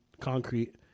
concrete